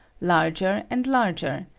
larger and larger,